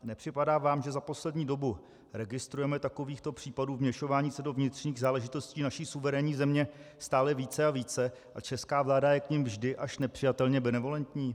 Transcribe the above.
Nepřipadá vám, že za poslední dobu registrujeme takovýchto případů vměšování se do vnitřních záležitostí naší suverénní země stále více a více a česká vláda je k nim vždy až nepřijatelně benevolentní?